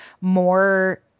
more